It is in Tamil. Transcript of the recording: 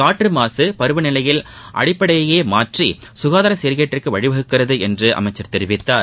காற்றமாக பருவநிலையின் அடிப்படையையே மாற்றி சுகாதார சீர்கேட்டிற்கு வழி வகுக்கிறது என்று அமைச்சர் தெரிவித்தார்